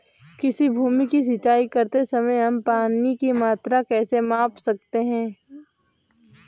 किसी भूमि की सिंचाई करते समय हम पानी की मात्रा कैसे माप सकते हैं?